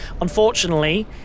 Unfortunately